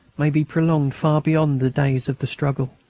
may be prolonged far beyond the days of the struggle,